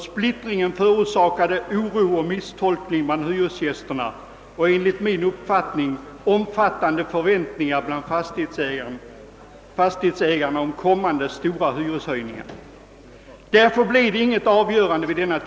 Splittringen förorsakade oro och misstolkningar bland hyresgästerna samt enligt min uppfattning också omfattande förväntningar på kommande stora hyreshöjningar bland fastighetsägarna. Därför blev det då inget avgörande.